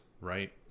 right